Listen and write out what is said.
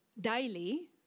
daily